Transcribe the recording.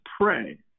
pray